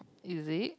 is it